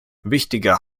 wichtiger